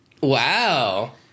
Wow